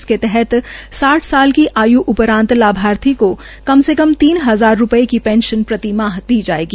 इसके तहत साठ साल की आयु उपरान्त लाभार्थी को कम से कम तीन हजार रूपये की पेंशन प्रतिमाह दी जायेगी